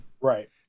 right